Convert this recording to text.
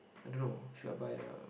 I don't know should I buy uh